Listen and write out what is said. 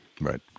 Right